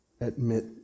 Admit